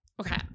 okay